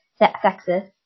sexist